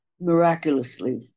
Miraculously